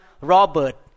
Robert